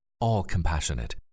all-compassionate